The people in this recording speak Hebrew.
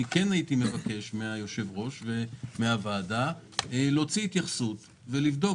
הייתי מבקש מהיושב-ראש ומן הוועדה לבדוק